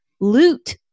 loot